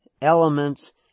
elements